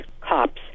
cops